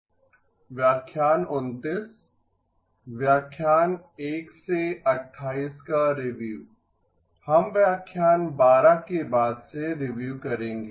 हम व्याख्यान 12 के बाद से रीव्यू करेंगे